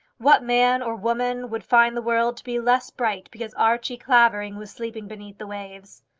what man or woman would find the world to be less bright because archie clavering was sleeping beneath the waves?